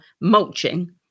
mulching